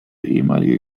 ehemalige